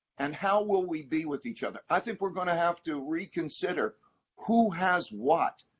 and how will we be with each other? i think we're going to have to reconsider who has what,